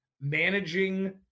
managing